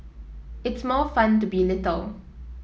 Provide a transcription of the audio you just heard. it's more fun to be little